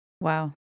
Wow